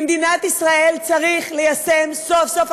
במדינת ישראל צריך ליישם סוף-סוף,